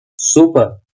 Super